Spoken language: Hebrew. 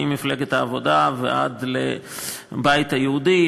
ממפלגת העבודה ועד לבית היהודי,